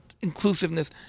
inclusiveness